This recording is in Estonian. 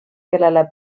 kellele